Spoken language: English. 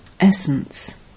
Essence